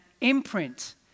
imprint